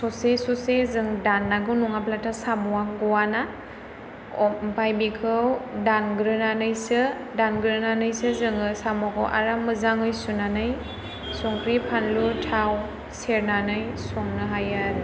ससे ससे जों दाननांगौ नङाब्लाथ' साम'आ गवा ना ओमफ्राय बिखौ दानग्रोनानैसो जोङो साम'खौ आराम मोजाङै सुनानै संख्रि फानलु थाव सेरनानै संनो हायो आरो